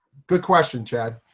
good question, chad.